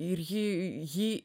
ir ji ji